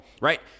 right